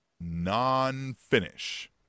Non-finish